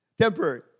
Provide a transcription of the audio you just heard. Temporary